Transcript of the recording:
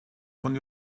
von